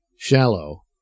Shallow